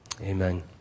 Amen